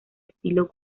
estilo